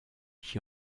qui